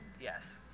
yes